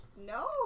No